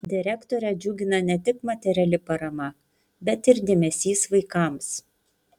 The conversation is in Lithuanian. direktorę džiugina ne tik materiali parama bet ir dėmesys vaikams